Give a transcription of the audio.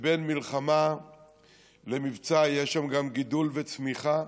ובין מלחמה למבצע יש שם גם גידול וצמיחה